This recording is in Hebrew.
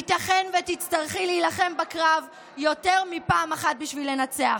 ייתכן שתצטרכי להילחם בקרב יותר מפעם אחת בשביל לנצח.